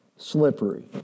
slippery